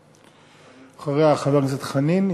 אחריה, חבר הכנסת חנין.